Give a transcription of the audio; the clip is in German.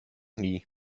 nie